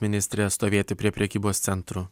ministre stovėti prie prekybos centrų